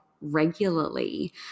regularly